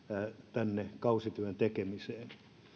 siihen kausityön tekemiseen